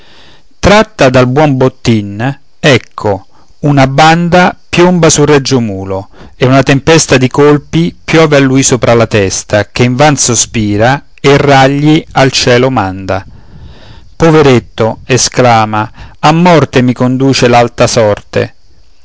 tratta dal buon bottin ecco una banda piomba sul regio mulo e una tempesta di colpi piove a lui sopra la testa che invan sospira e ragli al cielo manda poveretto esclama a morte mi conduce l'alta sorte